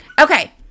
Okay